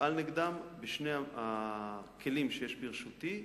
אפעל נגדם בשני הכלים שיש ברשותי: